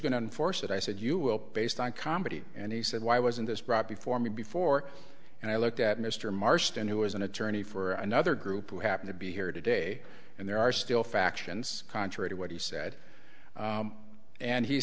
to enforce it i said you will based on comedy and he said why wasn't this brought before me before and i looked at mr marston who is an attorney for another group who happened to be here today and there are still factions contrary to what he said and he